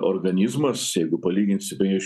organizmas jeigu palyginsime jį